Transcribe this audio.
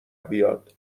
بیاد